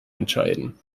entscheiden